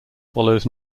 follows